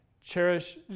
Cherish